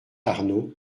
arnaud